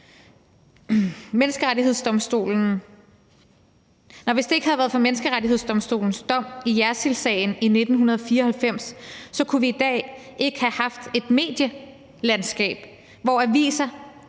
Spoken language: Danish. Hvis det ikke havde været for Menneskerettighedsdomstolens dom i Jersildsagen i 1994, kunne vi i dag have haft et medielandskab, hvor aviser,